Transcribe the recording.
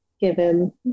given